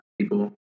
people